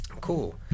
Cool